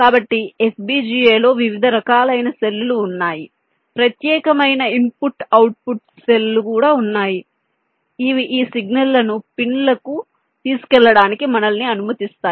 కాబట్టి FPGA లో వివిధ రకాలైన సెల్ లు ఉన్నాయి ప్రత్యేకమైన ఇన్పుట్ అవుట్పుట్స్ సెల్ లు ఉన్నాయి ఇవి ఈ సిగ్నల్ లను పిన్లకు తీసుకెళ్లడానికి మనల్ని అనుమతిస్తాయి